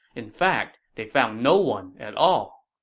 in fact, they found no one at all.